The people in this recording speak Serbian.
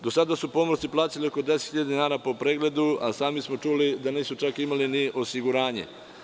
Do sada su pomorci plaćali oko 10.000 dinara po pregledu a sami smo čuli da nisu čak imali ni osiguranje.